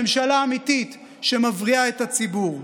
ממשלה אמיתית, שמבריאה את הציבור.